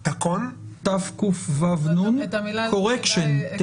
תקון, correction,